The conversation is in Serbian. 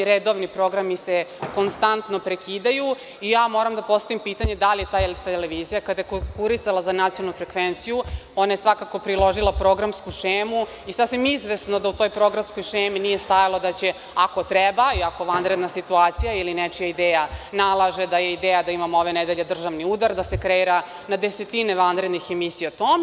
Redovni programi se konstantno prekidaju i moram da postavim pitanje da li je ta televizija konkurisala za nacionalnu frekvenciju ona je svakako priložila programsku šemu i sasvim izvesno da u toj programskoj šemi nije stajalo ako treba i ako vanredna situacija ili nečija ideja nalaže da je ideja da imamo ove nedelje državni udar, da se kreira na desetine vanrednih emisija o tome.